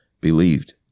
believed